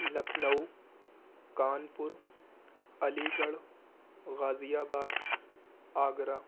Lucknow Kanpur Aligarh Ghaziabad Agra